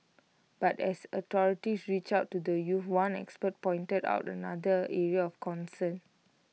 but as authorities reach out to the youths one expert pointed out another area of concern